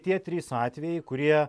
tie trys atvejai kurie